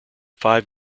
five